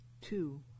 Two